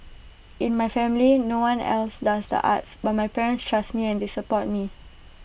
in my family no one else does the arts but my parents trust me and they support me